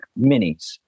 minis